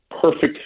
perfect